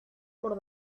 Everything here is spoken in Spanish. por